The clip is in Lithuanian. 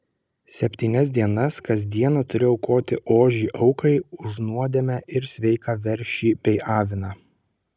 septynias dienas kas dieną turi aukoti ožį aukai už nuodėmę ir sveiką veršį bei aviną